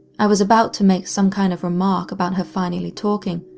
i was about to make some kind of remark about her finally talking,